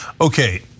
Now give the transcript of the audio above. Okay